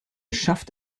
schafft